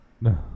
no